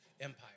Empire